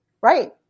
Right